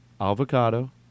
avocado